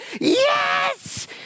Yes